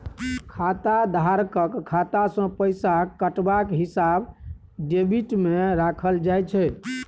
खाताधारकक खाता सँ पैसा कटबाक हिसाब डेबिटमे राखल जाइत छै